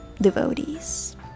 devotees